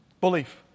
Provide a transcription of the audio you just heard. Belief